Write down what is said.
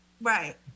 Right